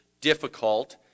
difficult